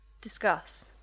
discuss